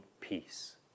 peace